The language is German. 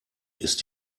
ist